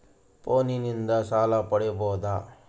ಫೋನಿನಿಂದ ಸಾಲ ಪಡೇಬೋದ?